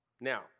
Now